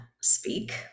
speak